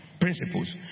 principles